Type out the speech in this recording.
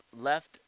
left